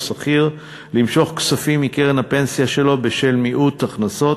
שכיר למשוך כספים מקרן הפנסיה שלו בשל מיעוט הכנסות,